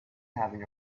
having